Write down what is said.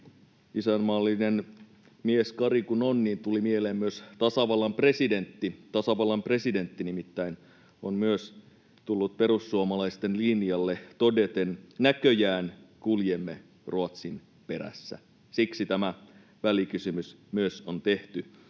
Isänmaallinen mies Kari kun on, tuli mieleen myös tasavallan presidentti. Tasavallan presidentti nimittäin on myös tullut perussuomalaisten linjalle todeten: ”näköjään kuljemme Ruotsin perässä”. Siksi tämä välikysymys myös on tehty.